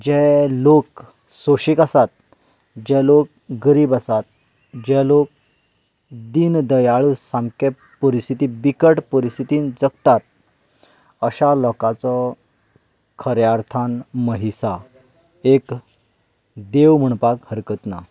जे लोक सोंशीक आसात जे लोक गरीब आसात जे लोक दीन दयाळू सामके परिस्थिती बिकट परिस्थितीन जगतात अशा लोकांचो खऱ्या अर्थान महिसा एक देव म्हणपाक हरकत ना